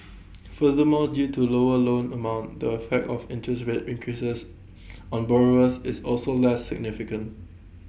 furthermore due to lower loan amount the effect of interest rate increases on borrowers is also less significant